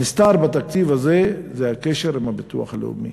הנסתר בתקציב הזה זה הקשר עם הביטוח הלאומי.